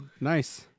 Nice